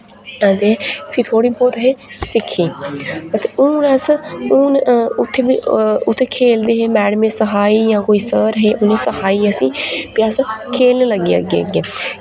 हां ते फ्ही थोह्ड़ी बोह्त हे सिक्खी ते हून अस हून उत्थै बी उत्थै खेलदे हे मैडमे सखाई जां कोई सर हे उ'नें सखाई असें फ्ही अस खेलने लगे अग्गे अग्गे